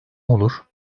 olur